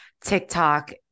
TikTok